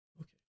okay